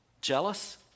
jealous